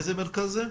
איזה מרכז זה?